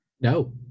No